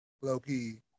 low-key